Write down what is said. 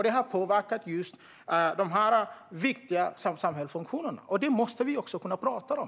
Det har påverkat just dessa viktiga samhällsfunktioner, och det måste vi kunna prata om.